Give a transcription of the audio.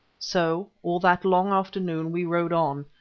so all that long afternoon we rode on,